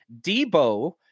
Debo